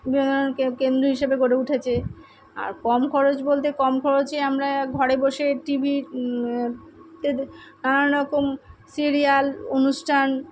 বিনোদনের কে কেন্দ্র হিসাবে গড়ে উঠেছে আর কম খরচ বলতে কম খরচে আমরা ঘরে বসে টিভির তে দে নানারকম সিরিয়াল অনুষ্ঠান